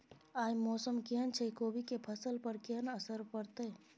आय मौसम केहन छै कोबी के फसल पर केहन असर परतै?